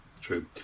true